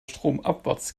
stromabwärts